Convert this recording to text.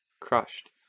crushed